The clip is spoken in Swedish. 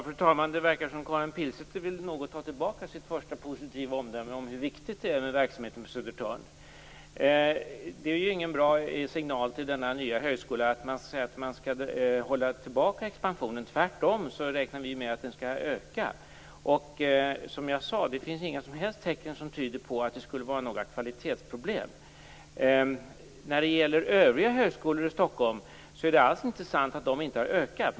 Fru talman! Det verkar som om Karin Pilsäter något vill ta tillbaka sitt första positiva omdöme om hur viktigt det är med verksamheten på Södertörn. Det är ingen bra signal till denna nya högskola att säga att expansionen skall hållas tillbaka. Tvärtom! Vi räknar med att den skall öka. Det finns inga som helst tecken som tyder på att det skulle vara några kvalitetsproblem. Det är inte sant att övriga högskolor i Stockholm inte skulle ha ökat.